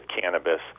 cannabis